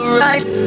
right